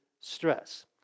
stress